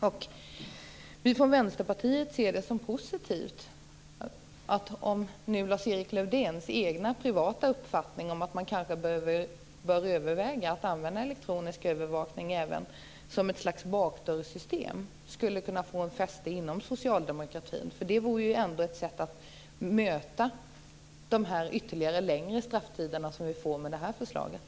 Vi i Vänsterpartiet ser det som positivt att Lars Erik Lövdéns privata uppfattningar om att överväga elektronisk övervakning som ett slags bakdörr skulle kunna få fäste inom socialdemokratin. Det vore ett sätt att möta de längre strafftiderna som det blir med det här förslaget.